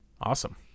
Awesome